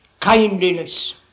kindliness